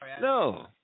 No